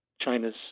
China's